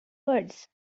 words